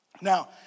Now